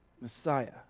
Messiah